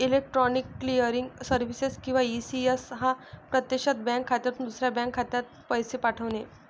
electronic clearing services किंवा ECS हा प्रत्यक्षात बँक खात्यातून दुसऱ्या बँक खात्यात पैसे पाठवणे